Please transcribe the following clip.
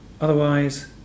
otherwise